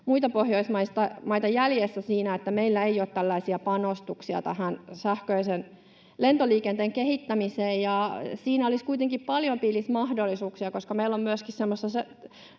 muita Pohjoismaita jäljessä siinä, että meillä ei ole tällaisia panostuksia sähköisen lentoliikenteen kehittämiseen. Siinä olisi kuitenkin paljonkin mahdollisuuksia, koska meillä on myöskin semmoista